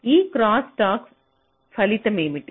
ఈ క్రాస్స్టాక్ ఫలితమేమిటి